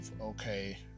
okay